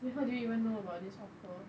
then how do you even know about this offer